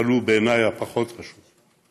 אבל בעיניי הוא פחות חשוב.